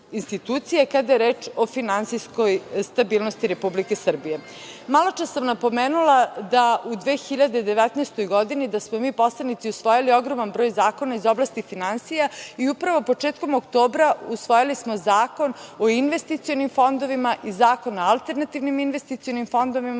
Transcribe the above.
kada je reč o finansijskoj stabilnosti Republike Srbije. Maločas sam napomenula da u 2019. godini da smo mi poslanici usvojili ogroman broj zakona iz oblasti finansija i upravo početkom oktobra usvojili smo Zakon o investicionim fondovima i Zakon o alternativnim investicionim fondovima.